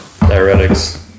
diuretics